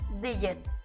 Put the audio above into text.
digit